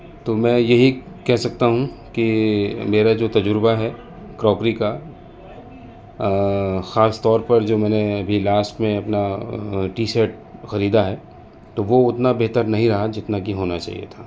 تو میں یہی کہہ سکتا ہوں کہ میرا جو تجربہ ہے کروکری کا خاص طور پر جو میں نے ابھی لاسٹ میں اپنا ٹی سیٹ خریدا ہے تو وہ اتنا بہتر نہیں رہا جتنا کہ ہونا چاہیے تھا